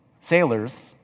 sailors